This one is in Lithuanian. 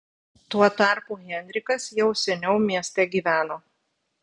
tuo tarpu henrikas jau seniau mieste gyveno